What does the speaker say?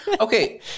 Okay